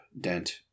dent